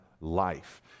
life